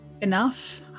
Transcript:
enough